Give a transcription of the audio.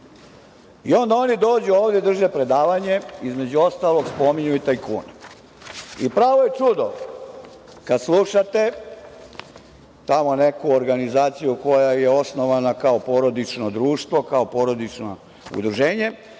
I, onda oni dođu ovde drže predavanje i između ostalog spominju tajkune. Pravo je čudo kad slušate tamo neku organizaciju koja je osnovana kao porodično društvo, kao porodično udruženje,